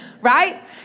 Right